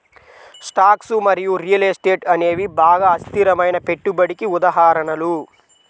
stocks మరియు real estate అనేవి బాగా అస్థిరమైన పెట్టుబడికి ఉదాహరణలు